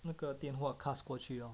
那个电话 cast 过去 lor